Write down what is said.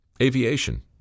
aviation